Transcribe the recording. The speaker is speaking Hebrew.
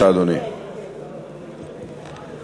(תיקון מס'